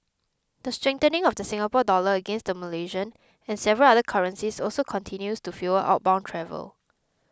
the strengthening of the Singapore Dollar against the Malaysian and several other currencies also continues to fuel outbound travel